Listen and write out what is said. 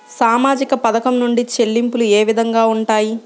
సామాజిక పథకం నుండి చెల్లింపులు ఏ విధంగా ఉంటాయి?